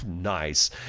Nice